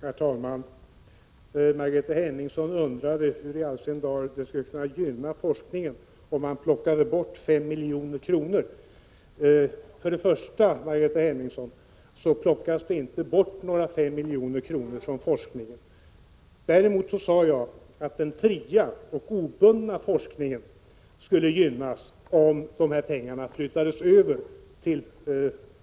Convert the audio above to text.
Herr talman! Margareta Hemmingsson undrade hur i all sin dar forskningen skulle gynnas om man plockade bort 5 milj.kr. Först och främst, Margareta Hemmingsson, plockas inte några 5 milj.kr. bort från forskningen. Däremot sade jag att den fria och obundna forskningen skulle gynnas om dessa pengar flyttades över till